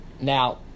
now